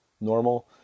normal